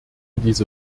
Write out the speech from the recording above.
diese